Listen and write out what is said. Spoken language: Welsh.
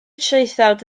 traethawd